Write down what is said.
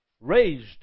raised